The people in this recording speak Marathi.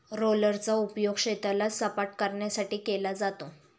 रोलरचा उपयोग शेताला सपाटकरण्यासाठी केला जातो